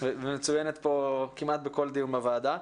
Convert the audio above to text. והיא מצוינת כמעט בכל דיון בוועדה.